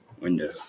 window